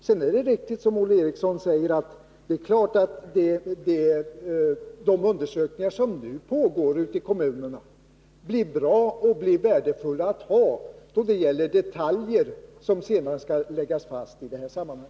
Sedan är det riktigt, som Olle Eriksson säger, att de undersökningar som nu pågår ute i kommunerna blir bra och värdefulla att ha då det gäller detaljer som senare skall läggas fast i detta sammanhang.